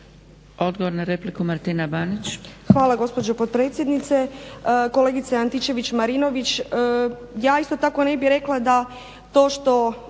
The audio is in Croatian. Banić. **Banić, Martina (HDZ)** Hvala gospođo potpredsjednice. Kolegice Antičević-Marinović, ja isto tako ne bih rekla da to što